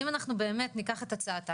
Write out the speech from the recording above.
אנחנו הקצנו, יותר נכון הממשלה הקצתה,